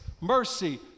mercy